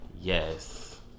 yes